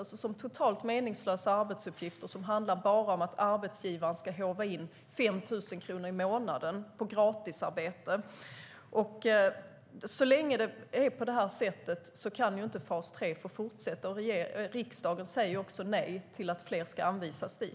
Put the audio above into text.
Det är totalt meningslösa arbetsuppgifter som bara handlar om att arbetsgivaren ska håva in 5 000 kronor i månaden på gratisarbete. Så länge det är på det sättet kan fas 3 inte få fortsätta, och riksdagen säger också nej till att fler ska anvisas dit.